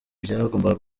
byagombaga